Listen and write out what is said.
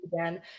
again